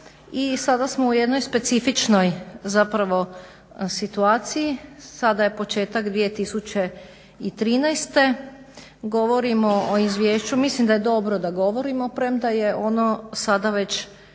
sada smo u jednoj specifičnoj situaciji, sada je početak 2013.govorimo o izvješću, mislim da je dobro da govorimo premda je ono sada već